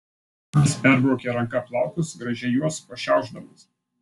jis perbraukė ranka plaukus gražiai juos pašiaušdamas